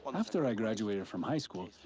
after i graduated from high school,